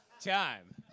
Time